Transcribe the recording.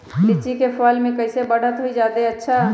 लिचि क फल म कईसे बढ़त होई जादे अच्छा?